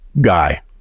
guy